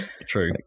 true